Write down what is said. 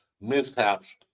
mishaps